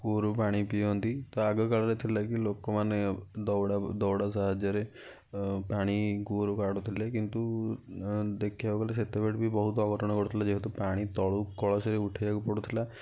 କୂଅରୁ ପାଣି ପିଅନ୍ତି ତ ଆଗ କାଳରେ ଥିଲାକି ଲୋକୋମାନେ ଦଉଡ଼ା ଦଉଡ଼ା ସାହାଯ୍ୟରେ ପାଣିକୁ କୂଅରୁ କାଢ଼ୁଥିଲେ କିନ୍ତୁ ଦେଖିବାକୁ ଗଲେ ସେତେବେଳ ବି ବହୁତ ଅଘଟଣ ଘଟୁଥିଲା ଯେହେତୁ ପାଣି ତଳୁ କଳସରେ ଉଠାଇବାକୁ ପଡ଼ୁଥିଲା